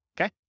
okay